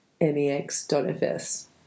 MEX.FS